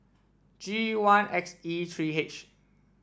G one X E three H